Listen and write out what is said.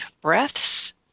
breaths